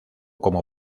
como